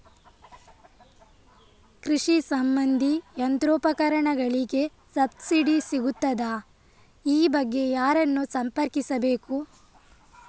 ಕೃಷಿ ಸಂಬಂಧಿ ಯಂತ್ರೋಪಕರಣಗಳಿಗೆ ಸಬ್ಸಿಡಿ ಸಿಗುತ್ತದಾ? ಈ ಬಗ್ಗೆ ಯಾರನ್ನು ಸಂಪರ್ಕಿಸಬೇಕು?